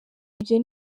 ibyo